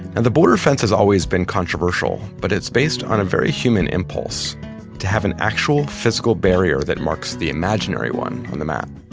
and the border fence has always been controversial. but it's based on a very human impulse to have an actual physical barrier that marks the imaginary one on the map.